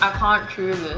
um heart true